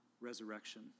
resurrection